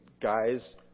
guys